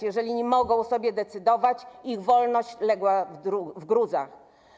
Jeżeli nie mogą o sobie decydować, ich wolność legła w gruzach.